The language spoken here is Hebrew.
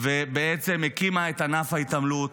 ובעצם הקימה את ענף ההתעמלות,